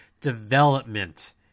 development